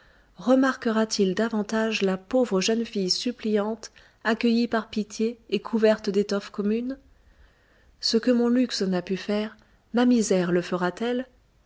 remarquera t il davantage la pauvre jeune fille suppliante accueillie par pitié et couverte d'étoffes communes ce que mon luxe n'a pu faire ma misère le fera-t-elle